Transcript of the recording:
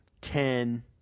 ten